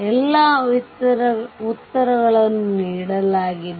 ಎಲ್ಲಾ ಉತ್ತರಗಳನ್ನು ನೀಡಲಾಗಿದೆ